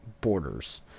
borders